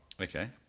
Okay